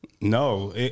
No